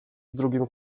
drugim